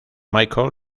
michael